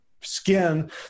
skin